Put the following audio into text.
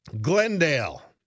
Glendale